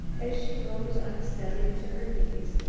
as she rose unsteadily to her knees,